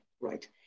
right